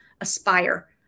aspire